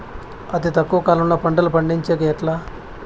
అతి తక్కువ కాలంలో పంటలు పండించేకి ఎట్లా?